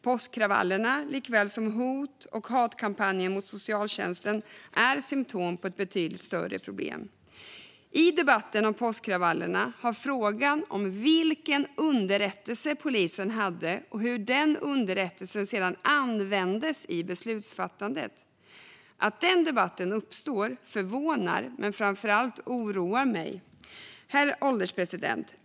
Påskkravallerna och hot och hatkampanjen mot socialtjänsten är symtom på ett betydligt större problem. I debatten om påskkravallerna har frågan om vilken underrättelse polisen hade och hur den underrättelsen sedan användes i beslutsfattandet varit central. Att den debatten uppstår förvånar mig, men framför allt oroar det mig. Herr ålderspresident!